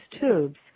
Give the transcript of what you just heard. tubes